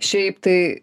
šiaip tai